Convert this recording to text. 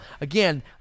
again